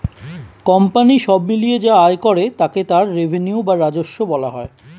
company সব মিলিয়ে যা আয় করে তাকে তার রেভিনিউ বা রাজস্ব বলা হয়